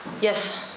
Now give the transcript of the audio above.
Yes